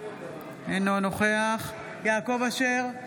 אינו נוכח יעקב אשר,